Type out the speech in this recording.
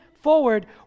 forward